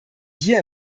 hier